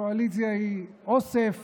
הקואליציה היא אוסף